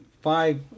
five